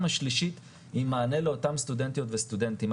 השלישית עם מענה לאותם סטודנטיות וסטודנטים.